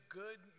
good